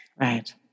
Right